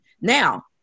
Now